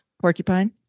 Porcupine